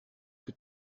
que